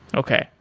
okay.